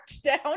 down